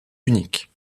unique